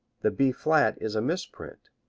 the b flat is a misprint.